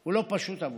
הוא לא פשוט עבורי.